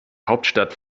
hauptstadt